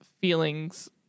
feelings